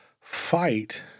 fight